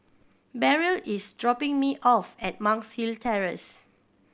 Beryl is dropping me off at Monk's Hill Terrace